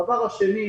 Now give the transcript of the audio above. שנית,